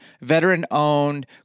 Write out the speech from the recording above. Veteran-owned